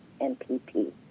MPP